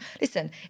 Listen